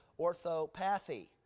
orthopathy